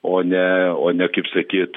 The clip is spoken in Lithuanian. o ne o ne kaip sakyt